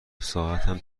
ساعتم